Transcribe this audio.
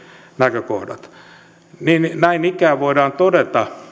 näkökohdat näin ikään voidaan todeta